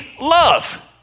love